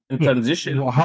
Transition